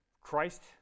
Christ